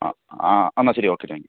അ ആ എന്നാൽ ശരി ഓക്കെ താങ്ക് യൂ